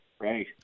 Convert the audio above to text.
right